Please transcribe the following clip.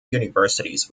universities